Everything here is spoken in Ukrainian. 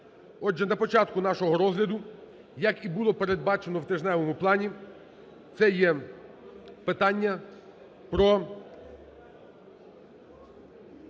Отже, на початку нашого розгляду, як і було передбачено в тижневому плані, це є питання про